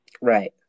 right